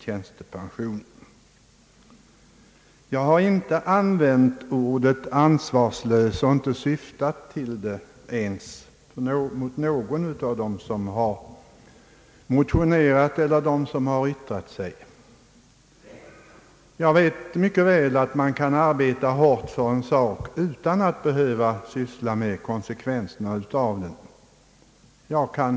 Jag har inte använt ordet ansvarslös om dem som motionerat eller yttrat sig i den här frågan. Jag har inte heller menat det med de omdömen jag avgivit, Jag vet mycket väl att man kan arbeta hårt för en sak utan att känna behov av att syssla med konsekvenserna av den.